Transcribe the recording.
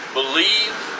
Believe